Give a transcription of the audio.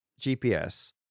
GPS